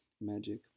magic